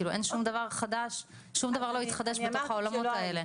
כאילו שאין שום דבר חדש ושום דבר לא התחדש בתוך העולמות האלו.